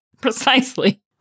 Precisely